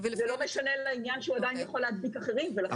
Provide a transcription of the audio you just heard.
זה לא משנה לעניין שהוא עדיין יכול להדביק אחריםץ.